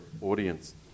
audience